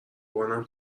بانم